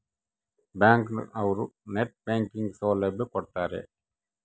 bank ಅವ್ರು net banking ಸೌಲಭ್ಯ ಕೊಡ್ತಾರ